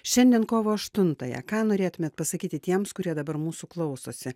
šiandien kovo aštuntąją ką norėtumėt pasakyti tiems kurie dabar mūsų klausosi